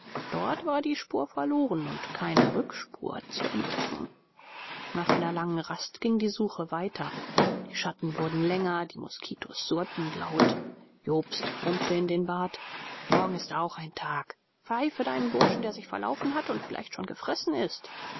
dort war die spur verloren und keine rückspur zu entdecken nach einer langen rast ging die suche weiter die schatten wurden länger die moskitos surrten lauter jobst brummte in den bart morgen ist auch ein tag pfeife deinem burschen der sich verlaufen hat und vielleicht schon gefressen ist